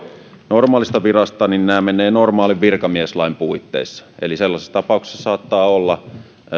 normaalista virasta niin nämä menevät normaalin virkamieslain puitteissa eli sellaisessa tapauksessa saattaa olla